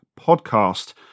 podcast